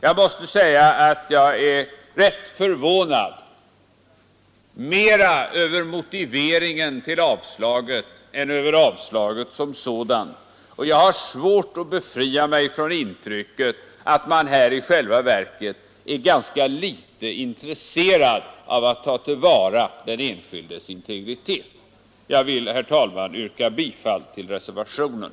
Jag är mera förvånad över motiveringen till avstyrkandet än över avstyrkandet som sådant, och jag har svårt att befria mig från intrycket att utskottsmajoriteten i själva verket är ganska litet intresserad av att ta till vara den enskildes integritet. Jag vill, herr talman, yrka bifall till reservationen.